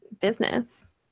business